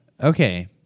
Okay